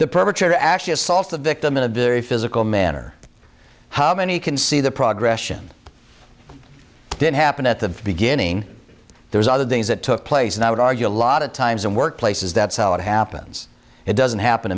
the perpetrator actually assaults the victim in a very physical manner how many can see the progress didn't happen at the beginning there's other things that took place and i would argue a lot of times in workplaces that's how it happens it doesn't happen